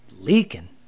Leaking